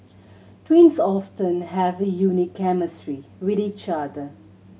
twins often have a unique chemistry with each other